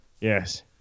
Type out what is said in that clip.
yes